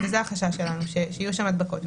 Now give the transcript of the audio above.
זה החשש שלנו, שיהיו שם הדבקות.